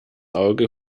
auge